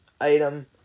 item